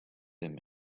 them